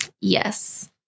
Yes